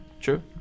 true